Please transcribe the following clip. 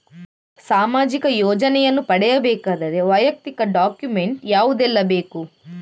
ಸಾಮಾಜಿಕ ಯೋಜನೆಯನ್ನು ಪಡೆಯಬೇಕಾದರೆ ವೈಯಕ್ತಿಕ ಡಾಕ್ಯುಮೆಂಟ್ ಯಾವುದೆಲ್ಲ ಬೇಕು?